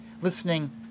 listening